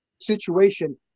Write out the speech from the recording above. situation